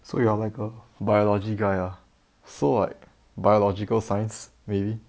so you are like a biology guy ah so like biological science maybe